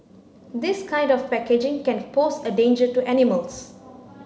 this kind of packaging can pose a danger to animals